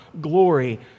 glory